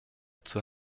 zur